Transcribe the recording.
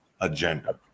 agenda